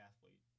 athlete